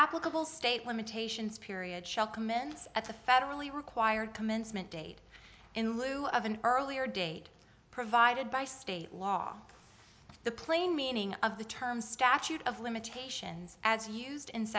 applicable state limitations period shall commence at the federally required commencement date in lieu of an earlier date provided by state law the plain meaning of the term statute of limitations as used in